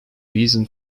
reason